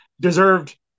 deserved